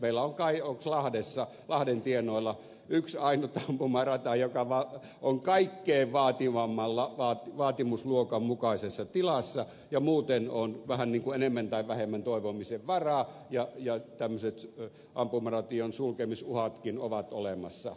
meillä on kai lahden tienoilla yksi ainut ampumarata joka on kaikkein vaativimmassa vaatimusluokan mukaisessa tilassa ja muuten on vähän niin kuin enemmän tai vähemmän toivomisen varaa ja tämmöiset ampumaratojen sulkemisuhatkin ovat olemassa